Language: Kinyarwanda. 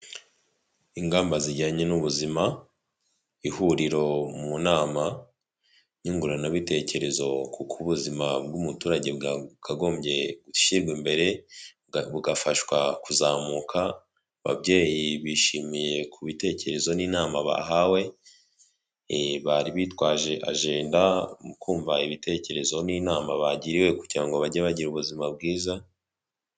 Ingamba zijyanye n'ubuzima ihuriro mu nama nyunguranabitekerezo kuko ubuzima bw'umuturage bwakagombye gushyirwa imbere bugafashwa kuzamuka ababyeyi bishimiye ku bitekerezo n'inama bahawe bari bitwaje ajenda mu kumva ibitekerezo n'inama bagiriwe kugira ngo bajye bagira ubuzima bwiza.